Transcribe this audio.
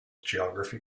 geography